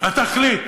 התכלית